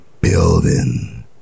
Building